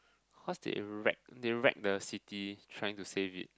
cause they rag they rag the city trying to save it